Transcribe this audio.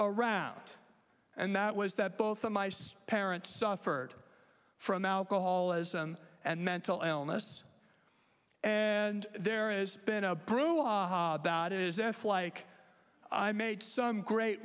around and that was that both of my sis parents suffered from alcoholism and mental illness and there is been a brouhaha about is if like i made some great